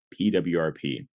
PWRP